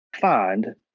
find